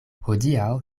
hodiaŭ